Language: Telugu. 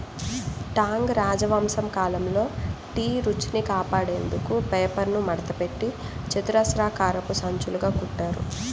టాంగ్ రాజవంశం కాలంలో టీ రుచిని కాపాడేందుకు పేపర్ను మడతపెట్టి చతురస్రాకారపు సంచులుగా కుట్టారు